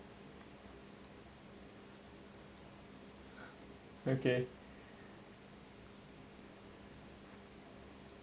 okay